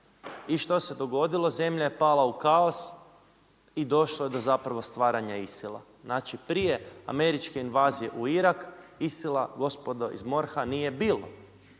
i što se dogodilo? Zemlja je pala u kaos i došlo je do stvaranja ISIL-a. Znači prije američke invazije u Irak ISIL-a gospodo iz MORH-a nije bilo.